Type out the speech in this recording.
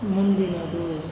ಮುಂದಿನದು